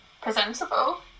presentable